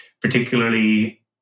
particularly